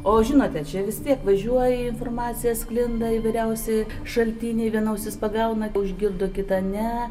o žinote čia vis tiek važiuoja informacija sklinda įvairiausi šaltiniai viena ausis pagauna užgirdo kita ne